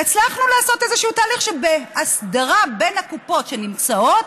והצלחנו לעשות איזשהו תהליך בהסדרה בין הקופות שנמצאות.